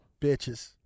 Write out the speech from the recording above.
Bitches